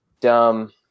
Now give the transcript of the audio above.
dumb –